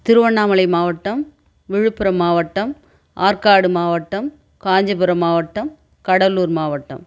திருவண்ணாமலை மாவட்டம் விழுப்புரம் மாவட்டம் ஆற்காடு மாவட்டம் காஞ்சிபுரம் மாவட்டம் கடலூர் மாவட்டம்